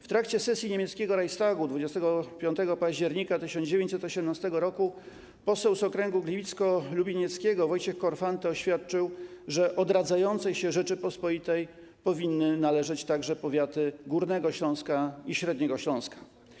W trakcie sesji niemieckiego Reichstagu 25 października 1918 r. poseł z okręgu gliwicko-lublinieckiego Wojciech Korfanty oświadczył, że do odradzającej się Rzeczypospolitej powinny należeć także powiaty Górnego Śląska i Średniego Śląska.